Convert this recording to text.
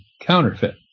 counterfeit